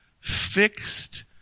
fixed